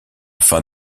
fin